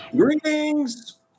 Greetings